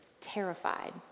terrified